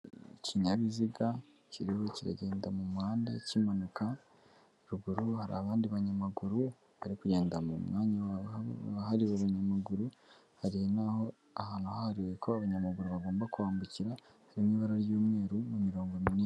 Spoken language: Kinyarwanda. Ikinyabiziga kiriho kiragenda mu muhanda kimanuka, ruguru hari abandi banyamaguru bari kugenda mu mwanya wabo wa hariwe abanyamaguru hari n'aho ahantu hahariwe ko abanyamaguru bagomba kwambukira, harimo ibara ry'umweru mu mirongo minini.